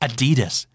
Adidas